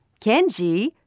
Kenji